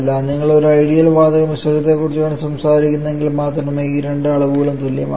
നിങ്ങൾ ഒരു ഐഡിയൽ വാതക മിശ്രിതത്തെക്കുറിച്ചാണ് സംസാരിക്കുന്നതെങ്കിൽ മാത്രമേ ഈ രണ്ട് അളവുകളും തുല്യമാകൂ